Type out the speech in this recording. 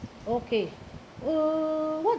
okay uh what